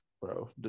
bro